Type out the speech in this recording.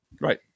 Right